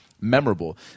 memorable